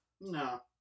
No